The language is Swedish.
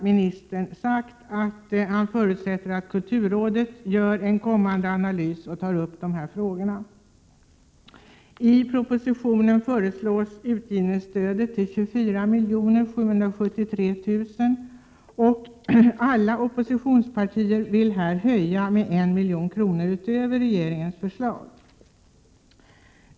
Ministern har sagt att han förutsätter att kulturrådet i en kommande analys tar upp de här frågorna. I propositionen föreslås anslaget till utgivningsstöd bli 24 773 000 kr. Alla oppositionspartier vill höja med 1 milj.kr. utöver regeringens förslag.